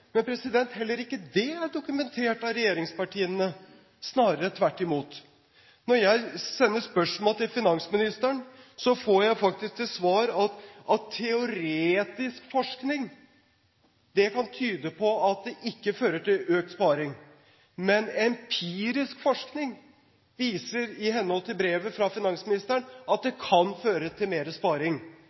Men heller ikke det er dokumentert av regjeringspartiene – snarere tvert imot. Når jeg sender spørsmål til finansministeren, får jeg faktisk til svar at teoretisk forskning kan tyde på at det ikke fører til økt sparing, men empirisk forskning viser, i henhold til brevet fra finansministeren, at det kan føre til mer sparing.